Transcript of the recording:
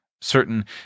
certain